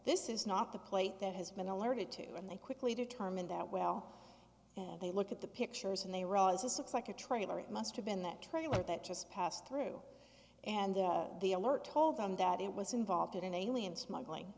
this is not the plate that has been alerted to and they quickly determine that well they look at the pictures and they realize a six like a trailer it must have been that trailer that just passed through and the alert told them that it was involved in an alien smuggling